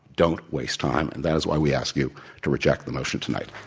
don't waste time. and that is why we ask you to reject the motion tonight.